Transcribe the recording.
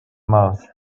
mouth